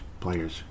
players